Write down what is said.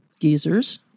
geezers